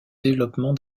développement